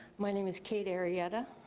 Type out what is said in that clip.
my name is kate arrieta,